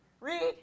Read